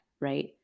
right